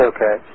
Okay